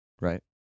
right